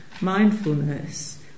mindfulness